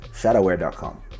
Shadowware.com